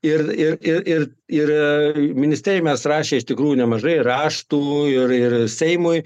ir ir ir ir ir ministerijoj mes rašė iš tikrųjų nemažai raštų ir ir seimui